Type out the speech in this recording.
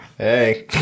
Hey